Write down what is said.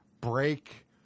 break